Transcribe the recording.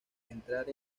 entrar